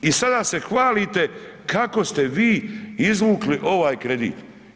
I sada se hvalite kako ste vi izvukli ovaj kredit.